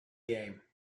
game